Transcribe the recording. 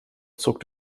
zog